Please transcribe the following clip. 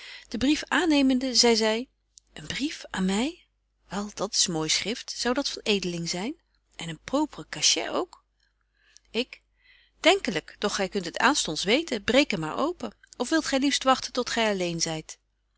den brief aannemende zei zy een brief aan my wel dat's mooi schrift zou dat van edeling zyn en een proper cachet ook ik denkelyk doch gy kunt het aanstonds weten breek hem maar open of wilt gy liefst wagten tot gy alleen